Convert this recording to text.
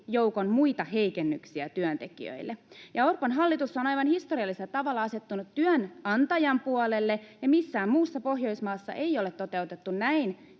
joukon muita heikennyksiä työntekijöille? Orpon hallitus on aivan historiallisella tavalla asettunut työnantajan puolelle, ja missään muussa Pohjoismaassa ei ole toteutettu näin